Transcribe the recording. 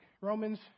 Romans